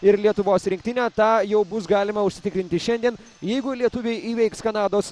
ir lietuvos rinktinė tą jau bus galima užsitikrinti šiandien jeigu lietuviai įveiks kanados